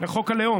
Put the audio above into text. לחוק הלאום.